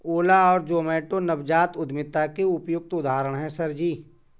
ओला और जोमैटो नवजात उद्यमिता के उपयुक्त उदाहरण है सर जी